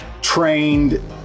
trained